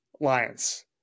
Lions